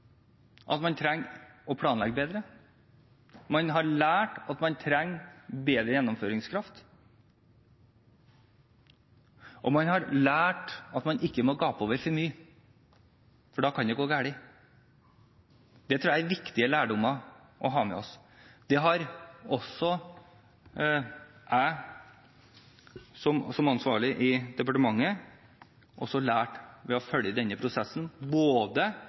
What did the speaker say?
at man trenger å planlegge bedre, man har lært at man trenger bedre gjennomføringskraft, og man har lært at man ikke må gape over for mye, for da kan det gå galt. Det tror jeg er viktige lærdommer å ha med seg. Det har også jeg, som ansvarlig i departementet, lært ved å følge denne prosessen – både